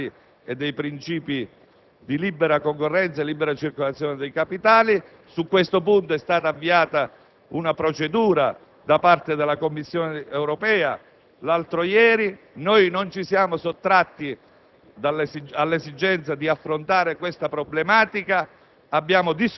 L'altra posizione asserisce una violazione dei princìpi costituzionali e dei princìpi di libera concorrenza e libera circolazione dei capitali; su questo punto, l'altro ieri, è stata avviata una procedura da parte della Commissione europea. Noi non ci siamo sottratti